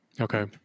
Okay